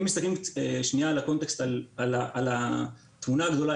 אם מסתכלים שנייה על התמונה הגדולה,